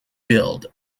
billed